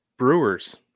Brewers